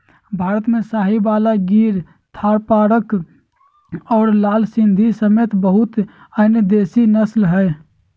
भारत में साहीवाल, गिर थारपारकर और लाल सिंधी समेत बहुते अन्य देसी नस्ल हइ